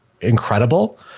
incredible